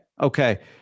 okay